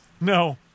No